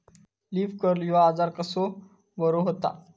Leaf curl ह्यो आजार कसो बरो व्हता?